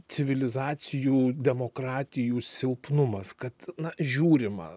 civilizacijų demokratijų silpnumas kad žiūrima